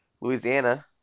Louisiana